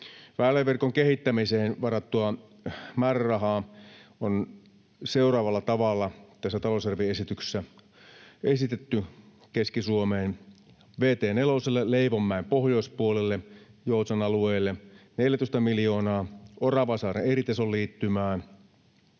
Väyläverkon kehittämiseen varattua määrärahaa on seuraavalla tavalla tässä talousar-vioesityksessä esitetty Keski-Suomeen: vt 4:lle Leivonmäen pohjoispuolelle, Joutsan alueelle 14 miljoonaa, Oravasaaren eritasoliittymään